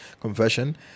confession